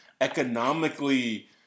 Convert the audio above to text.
economically